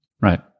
right